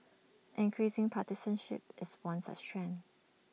increasing partisanship is one such trend